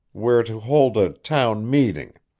we're to hold a town meeting.